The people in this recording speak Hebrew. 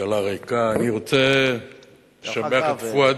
ממשלה ריקה, אני רוצה לשבח את פואד,